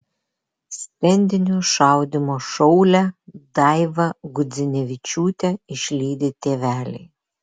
stendinio šaudymo šaulę daivą gudzinevičiūtę išlydi tėveliai